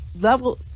level